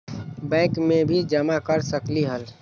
Bank में भी जमा कर सकलीहल?